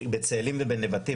בצאלים ובנבטים,